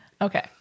Okay